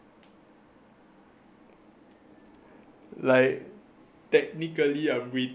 like technically I'm waiting for my training ah